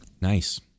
Nice